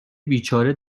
بیچاره